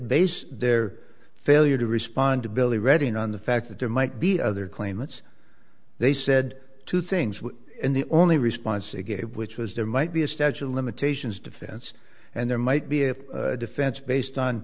base their failure to respond to billy reading on the fact that there might be other claimants they said two things in the only response it gave which was there might be a statute of limitations defense and there might be a defense based on